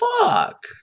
Fuck